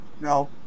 no